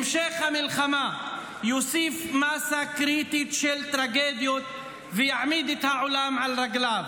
המשך המלחמה יוסיף מאסה קריטית של טרגדיות ויעמיד את העולם על רגליו,